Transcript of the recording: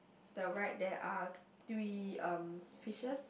the right there are three um fishes